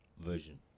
version